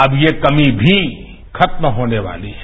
अब ये कमी भी खत्म होने वाली है